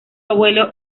abuelo